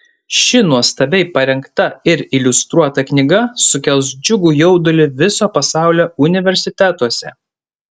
ši nuostabiai parengta ir iliustruota knyga sukels džiugų jaudulį viso pasaulio universitetuose